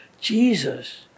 Jesus